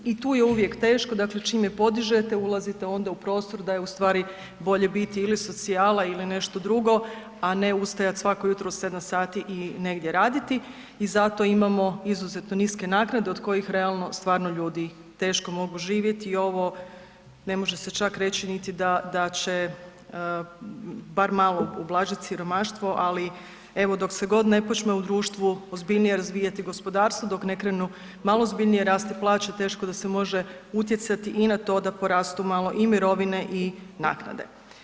I tu je uvijek teško, dakle čim je podižete, ulazite onda u prostor da je ustvari bolje biti ili socijala ili nešto drugo, a ne ustajati svako jutro u 7 sati i negdje raditi i zato imamo izuzetno niske naknade od kojih realno stvarno ljudi teško mogu živjeti i ovo, ne može se čak reći niti da će bar malo ublažiti siromaštvo, ali evo, dok se god ne počne u društvu ozbiljnije razvijati gospodarstvo, dok ne krenu malo ozbiljnije rasti plaće, teško da se može utjecati i na to da porastu malo i mirovine i naknade.